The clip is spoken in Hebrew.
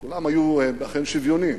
וכולם היו אכן שוויוניים,